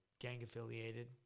gang-affiliated